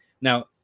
Now